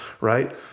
right